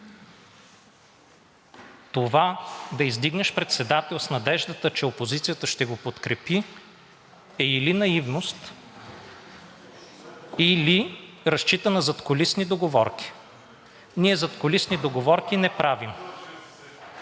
Това да издигнеш председател с надеждата, че опозицията ще го подкрепи, е или наивност, или разчита на задкулисни договорки. Ние задкулисни договорки не правим.